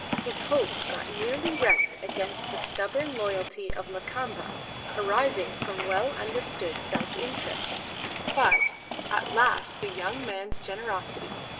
his hopes got nearly wrecked against the stubborn loyalty of lakamba arising from well-understood self-interest but at last the young man's generosity,